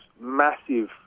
massive